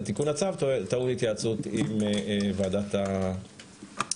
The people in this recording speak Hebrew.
ותיקון הצו טעון התייעצות עם ועדת הפנים,